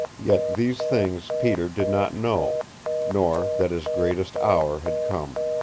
yet these things peter did not know nor that his greatest hour had come.